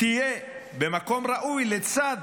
תהיה במקום ראוי לצד